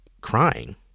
crying